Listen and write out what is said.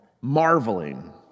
marveling